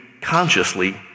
consciously